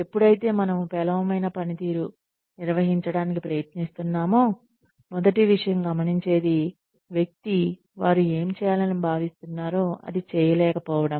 ఎప్పుడు మనము పేలవమైన పనితీరును నిర్వహించడానికి ప్రయత్నిస్తామో మనం గమనించే మొదటి విషయం ఏమిటంటే వ్యక్తి వారు ఏమి చేయాలని భావిస్తున్నారో అది చేయలేకపోవడం